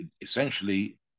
essentially